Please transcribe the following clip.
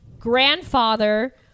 grandfather